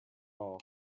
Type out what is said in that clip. all